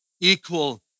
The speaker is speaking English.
Equal